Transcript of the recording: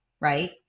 right